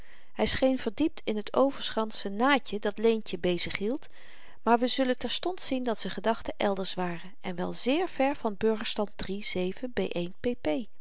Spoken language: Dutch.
hy scheen verdiept in t over'shandsche naadje dat leentje bezighield maar we zullen terstond zien dat z'n gedachten elders waren en wel zeer ver van burgerstand